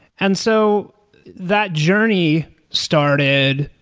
and so that journey started.